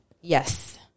Yes